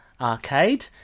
Arcade